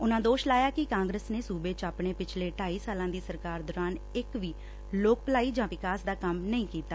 ਉਨੂਂ ਦੋਸ਼ ਲਾਇਆ ਕਿ ਕਾਂਗਰਸ ਨੇ ਸੁਬੇ ਚ ਆਪਣੇ ਪਿਛਲੇ ਢਾਈ ਸਾਲਾਂ ਦੀ ਸਰਕਾਰ ਦੌਰਾਨ ਇਕ ਵੀ ਲੋਕ ਭਲਾਈ ਜਾਂ ਵਿਕਾਸ ਦਾ ਕੰਮ ਨਹੀਂ ਕੀਤਾ